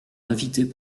invités